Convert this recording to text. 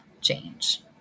change